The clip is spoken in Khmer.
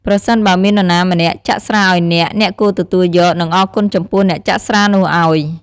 ប្រសិនបើមាននរណាម្នាក់ចាក់ស្រាអោយអ្នក អ្នកគួរទទួលយក និងអរគុណចំពោះអ្នកចាក់ស្រានោះអោយ។